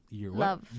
Love